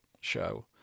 show